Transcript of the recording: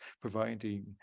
providing